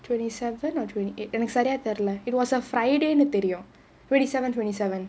twenty seven or twenty eight எனக்கு சரியா தெரில:enakku sariyaa therila it was a friday தெரியும்:theriyum twenty seven twenty seven